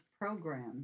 program